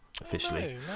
officially